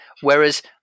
whereas